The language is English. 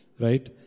Right